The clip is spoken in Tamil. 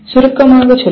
சுருக்கமாக சொல்லுதல்